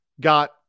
got